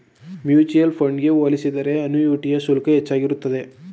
mutual fund ಗೆ ಹೋಲಿಸಿದರೆ ಅನುಯಿಟಿಯ ಶುಲ್ಕ ಹೆಚ್ಚಾಗಿರುತ್ತದೆ